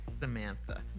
Samantha